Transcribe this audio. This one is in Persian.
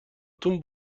تون